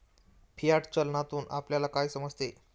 Fiat चलनातून आपल्याला काय समजते?